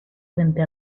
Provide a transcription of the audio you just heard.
frente